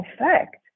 effect